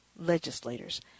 legislators